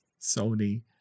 Sony